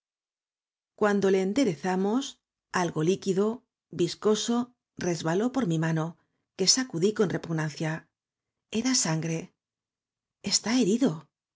cuando le enderezamos algo líquido v i s coso resbaló por mi mano que sacudí con repugnancia era sangre está herido